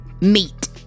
meet